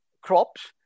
crops